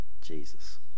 Jesus